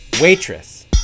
Waitress